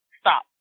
stop